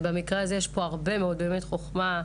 ופה יש הרבה מאוד חוכמה.